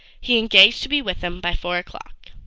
he engaged to be with them by four o'clock.